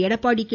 Edappadi K